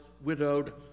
widowed